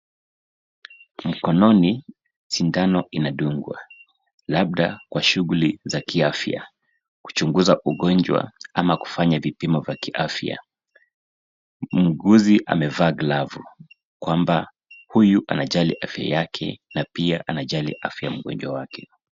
Mkononi, sindano inadungwa labda kwa shughuli za kiafya, kuchunguza ugonjwa ama kufanya vipimo vya kiafya. Muuguzi amevaa glavu, kwamba huyu anajali afya yake na pia anajali afya ya mgonjwa wake.